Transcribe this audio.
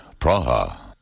Praha